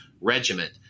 regiment